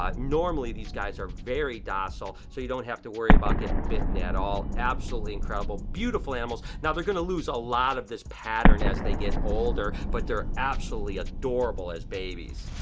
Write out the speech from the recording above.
normally these guys are very docile, so you don't have to worry about getting bitten at all. absolutely incredible, beautiful animals. now they're gonna lose a lot of this pattern as they get older, but they're absolutely adorable as babies.